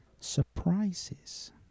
surprises